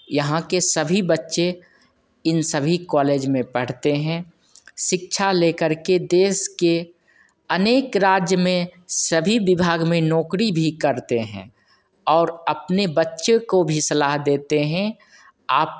यहाँ के सभी बच्चे इन सभी कॉलेज में पढ़ते हैं शिक्षा लेकर के देश के अनेक राज्य में सभी विभाग में नौकरी भी करते हैं और अपने बच्चों को भी सलाह देते हैं आप